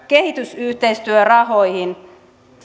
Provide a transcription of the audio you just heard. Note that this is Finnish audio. kehitysyhteistyörahoihin